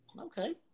Okay